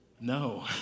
No